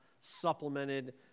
supplemented